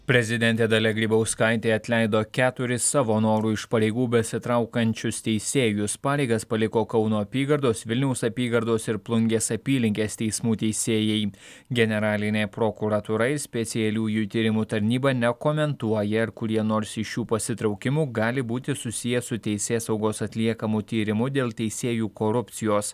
prezidentė dalia grybauskaitė atleido keturis savo noru iš pareigų besitraukančius teisėjus pareigas paliko kauno apygardos vilniaus apygardos ir plungės apylinkės teismų teisėjai generalinė prokuratūra ir specialiųjų tyrimų tarnyba nekomentuoja ar kurie nors iš šių pasitraukimų gali būti susiję su teisėsaugos atliekamu tyrimu dėl teisėjų korupcijos